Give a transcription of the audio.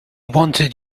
wanted